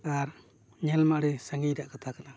ᱟᱨ ᱧᱮᱞᱢᱟ ᱟᱹᱰᱤ ᱥᱟᱺᱜᱤᱧ ᱨᱮᱭᱟᱜ ᱠᱟᱛᱷᱟ ᱠᱟᱱᱟ